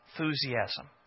Enthusiasm